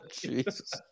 Jesus